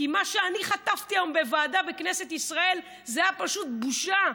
כי מה שאני חטפתי היום בוועדה בכנסת ישראל זה היה פשוט בושה.